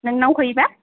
नोंनाव हैयोब्ला